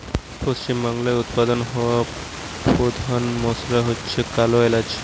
পশ্চিমবাংলায় উৎপাদন হওয়া পোধান মশলা হচ্ছে কালো এলাচ